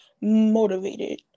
motivated